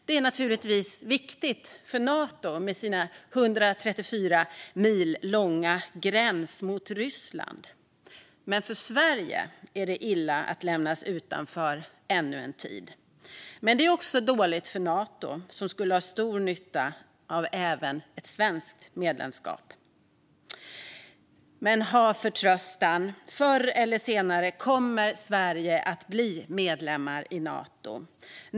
Detta är naturligtvis viktigt för Finland med dess 134 mil långa gräns mot Ryssland, men för Sverige är det illa att lämnas utanför ännu en tid. Men det är också dåligt för Nato, som skulle ha stor nytta även av ett svenskt medlemskap. Men ha förtröstan! Förr eller senare kommer Sverige att bli medlem i Nato.